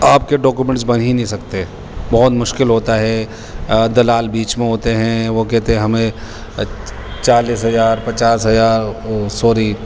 آپ کے ڈاکومنٹس بن ہی نہیں سکتے بہت مشکل ہوتا ہے دلال بیچ میں ہوتے ہیں وہ کہتے ہیں ہمیں چالیس ہزار پچاس ہزار سوری